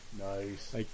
Nice